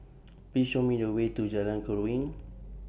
Please Show Me The Way to Jalan Keruing